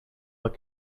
that